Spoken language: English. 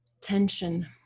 tension